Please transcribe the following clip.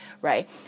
right